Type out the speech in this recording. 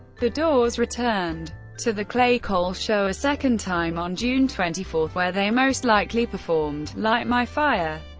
the doors returned to the clay cole show a second time on june twenty four where they most likely performed light my fire.